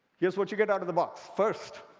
here's what you get out of the box first,